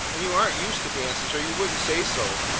and you aren't used to dances, or you wouldn't say so.